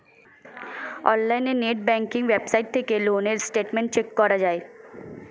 অনলাইনে net banking website থেকে loan এর স্টেটমেন্ট চেক করা যায়